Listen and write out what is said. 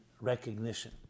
recognition